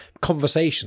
conversation